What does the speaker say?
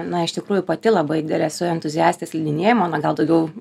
na iš tikrųjų pati labai didelė esu entuziastė slidinėjimo na gal daugiau